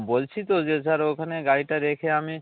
বলছি তো যে স্যার ওখানে গাড়িটা রেখে আমি